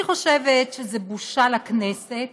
אני חושבת שזו בושה לכנסת